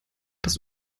das